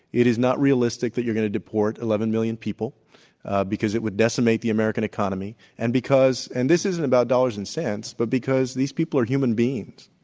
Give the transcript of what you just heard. it is not realistic that you're going to deport eleven million people because it would decimate the american economy and because and this isn't about dollars and cents, but because these people are human beings.